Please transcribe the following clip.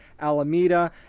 Alameda